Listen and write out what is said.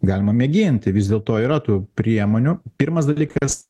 galima mėginti vis dėlto yra tų priemonių pirmas dalykas